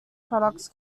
products